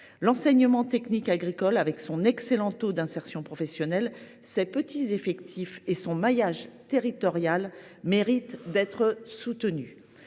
L’enseignement technique agricole, avec son excellent taux d’insertion professionnelle, ses petits effectifs et son maillage territorial, mérite d’être soutenu.